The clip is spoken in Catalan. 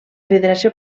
federació